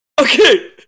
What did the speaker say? Okay